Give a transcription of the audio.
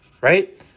right